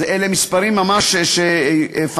אלה מספרים ממש פנטסטיים.